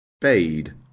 Bade